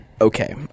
okay